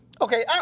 Okay